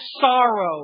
sorrow